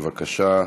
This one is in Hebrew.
בבקשה,